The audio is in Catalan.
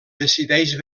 decideix